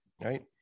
right